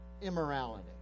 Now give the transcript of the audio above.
immorality